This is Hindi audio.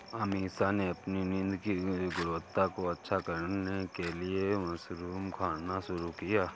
अमीषा ने अपनी नींद की गुणवत्ता को अच्छा करने के लिए मशरूम खाना शुरू किया